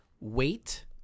wait